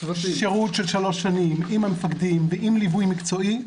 שירות של שלוש שנים עם המפקדים ועם ליווי מקצועי,